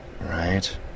Right